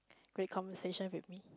great conversation with me